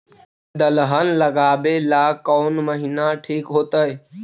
दलहन लगाबेला कौन महिना ठिक होतइ?